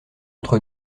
entre